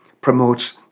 promotes